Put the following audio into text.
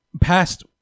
past